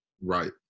Right